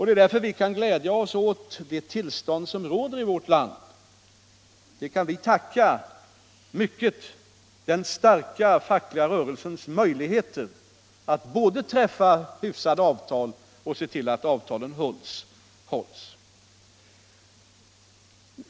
Det är därför vi kan glädja oss åt det tillstånd som råder i vårt land — för detta kan vi tacka den starka fackliga rörelsens möjligheter att både träffa hyfsade avtal och se till att avtalen hålls.